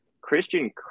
Christian